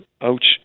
Ouch